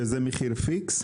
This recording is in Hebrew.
שזה מחיר פיקס?